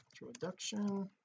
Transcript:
introduction